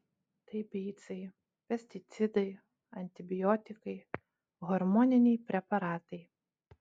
tai beicai pesticidai antibiotikai hormoniniai preparatai